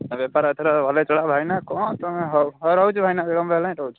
ହଉ ବେପାର ଏଥର ଭଲକି ଚଳାଅ ଭାଇନା କ'ଣ ତୁମେ ହଉ ହଉ ରହୁଛି ଭାଇନା ଗରମ ଲାଗିଲାଣି ରହୁଛି